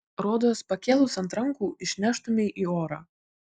rodos pakėlus ant rankų išneštumei į orą